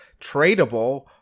tradable